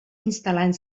instal·lant